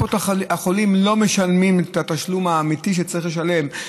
קופות החולים לא משלמות את התשלום האמיתי שצריך לשלם,